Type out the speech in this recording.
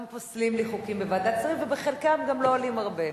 חוקים בוועדת שרים, וחלקם גם לא עולים הרבה.